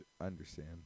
understand